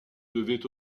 devait